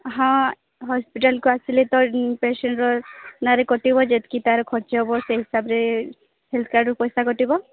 ହଁ ହସ୍ପିଟାଲ୍କୁ ଆସିଲେ ତ ପେସେଣ୍ଟର ନାରେ କଟିବ ଯେତ୍କି ତା'ର ଖର୍ଚ୍ଚ ହବ ସେଇ ହିସାବରେ ହେଲ୍ଥ କାର୍ଡ଼ରୁ ପଇସା କଟିବ